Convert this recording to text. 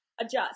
adjust